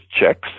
checks